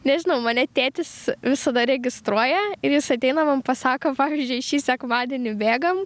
nežinau mane tėtis visada registruoja ir jis ateina man pasako pavyzdžiui šį sekmadienį bėgam